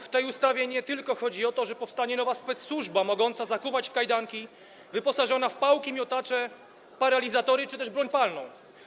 W tej ustawie chodzi nie tylko o to, że powstanie nowa specsłużba mogąca zakuwać w kajdanki, wyposażona w pałki, miotacze, paralizatory czy też broń palną.